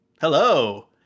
Hello